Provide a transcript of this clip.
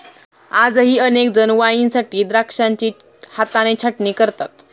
आजही अनेक जण वाईनसाठी द्राक्षांची हाताने छाटणी करतात